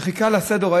שחיכה לסדר.